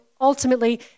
ultimately